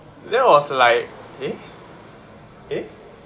that was like eh